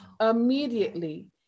Immediately